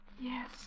Yes